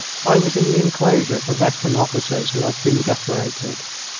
i was in the enclosure for veteran officers who have been decorated.